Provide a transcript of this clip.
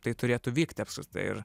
tai turėtų vykti apskritai ir